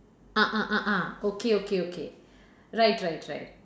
ah ah ah ah okay okay okay right right right